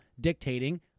dictating